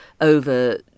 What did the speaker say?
over